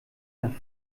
nach